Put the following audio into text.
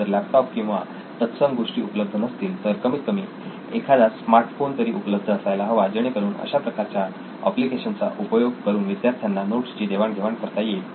जर लॅपटॉप किंवा तत्सम गोष्टी उपलब्ध नसतील तर कमीत कमी एखादा स्मार्टफोन तरी उपलब्ध असायला हवा जेणेकरून अशा प्रकारच्या एप्लिकेशन चा उपयोग करून विद्यार्थ्यांना नोट्स ची देवाण घेवाण करता येईल